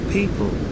People